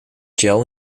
gel